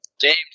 James